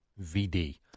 VD